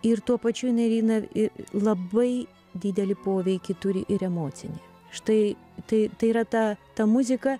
ir tuo pačiu jijai įeina į labai didelį poveikį turi ir emocinį štai tai tai yra ta ta muzika